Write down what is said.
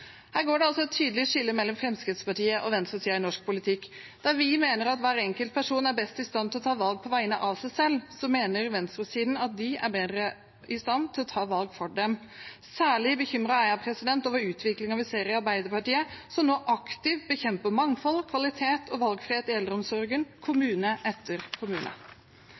Her går det altså et tydelig skille mellom Fremskrittspartiet og venstresiden i norsk politikk. Der vi mener at hver enkelt person er best til å ta valg på vegne av seg selv, mener venstresiden at de er bedre i stand til å ta valg for dem. Særlig bekymret er jeg over utviklingen vi ser i Arbeiderpartiet, som nå aktivt bekjemper mangfold, kvalitet og valgfrihet i eldreomsorgen i kommune etter kommune.